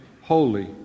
holy